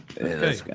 Okay